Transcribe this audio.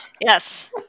Yes